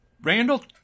Randall